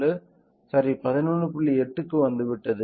8 க்கு வந்துவிட்டது